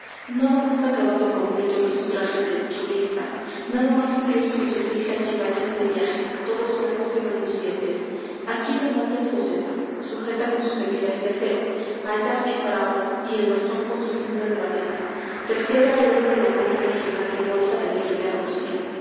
nada más acabado y completo que su traje de touriste nada más curioso que sus mil cachivaches de viaje todos blancos y relucientes aquí la manta escocesa sujeta con sus hebillas de acero allá el paraguas y el bastón con su funda de vaqueta terciada al hombro la cómoda y elegante bolsa de piel de rusia